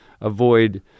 avoid